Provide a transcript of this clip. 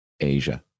Asia